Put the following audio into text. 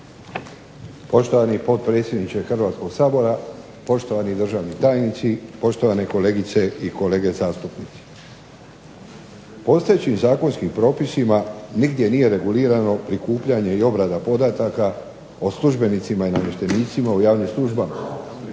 Poštovani potpredsjedniče Hrvatskog sabora, poštovani državni tajnici, poštovane kolegice i kolege zastupnici. Postojećim zakonskim propisima nigdje nije regulirano prikupljanje i obrada podataka o službenicima i namještenicima u javnim službama.